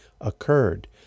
occurred